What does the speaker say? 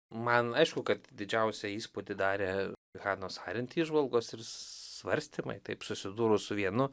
man aišku kad didžiausią įspūdį darė hanos harent įžvalgos svarstymai taip susidūrus su vienu